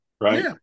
Right